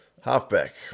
halfback